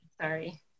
sorry